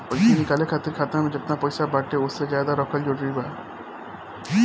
पईसा निकाले खातिर खाता मे जेतना पईसा बाटे ओसे ज्यादा रखल जरूरी बा?